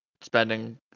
Spending